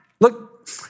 look